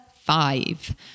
five